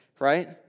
right